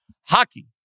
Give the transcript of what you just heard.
hockey